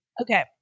okay